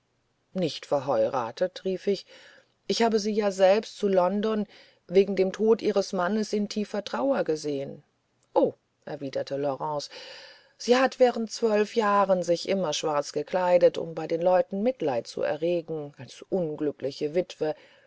nicht verheuratet rief ich ich habe sie ja selber zu london wegen den tod ihres mannes in tiefster trauer gesehen oh erwiderte laurence sie hat während zwölf jahren sich immer schwarz gekleidet um bei den leuten mitleid zu erregen als unglückliche witwe